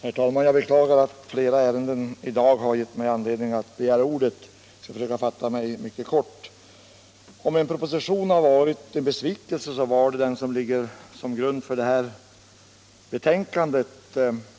Herr talman! Jag beklagar att flera ärenden i dag har gett mig anledning att begära ordet, men jag skall försöka fatta mig mycket kort. Om en proposition har varit till besvikelse har det sannerligen varit den som ligger som grund för detta betänkande.